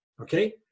okay